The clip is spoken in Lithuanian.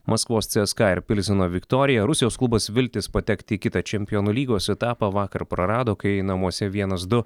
maskvos cska ir pilzeno viktorija rusijos klubas viltis patekti į kitą čempionų lygos etapą vakar prarado kai namuose vienas du